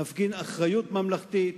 נפגין אחריות ממלכתית,